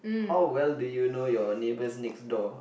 how well do you know your neighbours next door